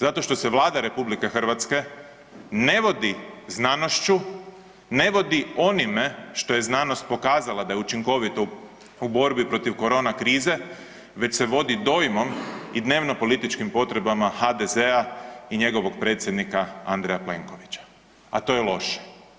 Zato što se Vlada RH ne vodi znanošću, ne vodi onime što je znanost pokazala da je učinkovito u borbi protiv korona krize, već se vodi dojmom i dnevnopolitičkim potrebama HDZ-a i njegovog predsjednika Andreja Plenkovića, a to je loše.